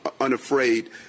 unafraid